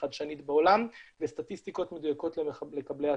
חדשנית בעולם וסטטיסטיקות מדויקות ל- -- העסקים.